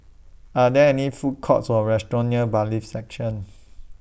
Are There any Food Courts Or restaurants near Bailiffs' Section